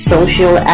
Social